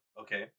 okay